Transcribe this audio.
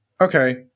okay